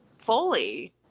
fully